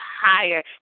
higher